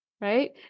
right